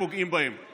לא, אני לא תומך בזה.